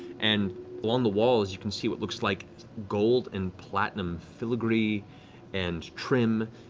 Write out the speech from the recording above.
and along the walls you can see what looks like gold and platinum filigree and trim.